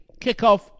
kickoff